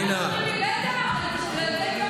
ואז אומרים לי: בטח,